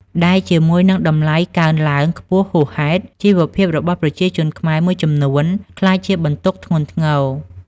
ដែលជាមួយនឹងតម្លៃដែលកើនឡើងខ្ពស់ហួសហេតុ ជីវភាពរបស់ប្រជាជនខ្មែរមួយចំនួនក្លាយជាបន្ទុកធ្ងន់ធ្ងរ។